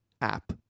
app